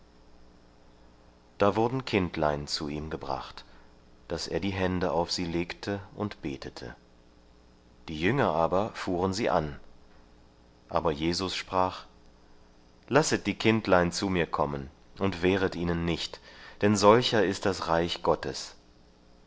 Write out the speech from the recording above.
da wurden kindlein zu ihm gebracht daß er die hände auf sie legte und betete die jünger aber fuhren sie an aber jesus sprach lasset die kindlein zu mir kommen und wehret ihnen nicht denn solcher ist das reich gottes